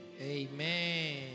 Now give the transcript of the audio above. Amen